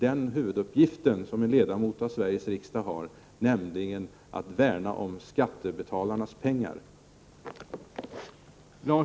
Den huvuduppgift som en ledamot av Sveriges riksdag har är ju att värna om skattebetalarnas pengar.